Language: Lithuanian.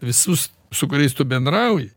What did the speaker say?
visus su kuriais tu bendrauji